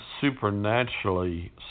supernaturally